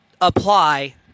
apply –